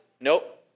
Nope